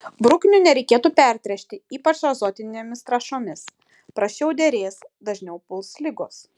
bruknių nereikėtų pertręšti ypač azotinėmis trąšomis prasčiau derės dažniau puls ligos